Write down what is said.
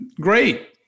great